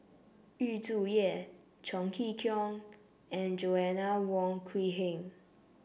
Yu Zhuye Chong Kee Hiong and Joanna Wong Quee Heng